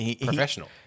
Professional